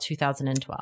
2012